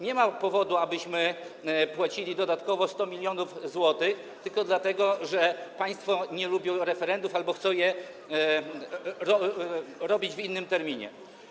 Nie ma powodu, abyśmy płacili dodatkowo 100 mln zł tylko dlatego, że państwo nie lubią referendów albo chcą je robić w innym terminie.